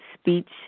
Speech